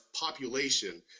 population